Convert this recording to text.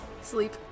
Sleep